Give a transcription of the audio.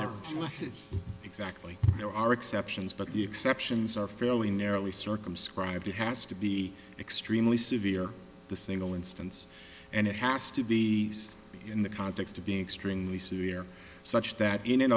is exactly there are exceptions but the exceptions are fairly narrowly circumscribed it has to be extremely severe the single instance and it has to be in the context of being extremely severe such that in